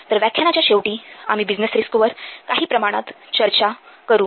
तर व्याख्यानाच्या शेवटी आम्ही बिझनेस रिस्क्स वर काही प्रमाणात चर्चा करू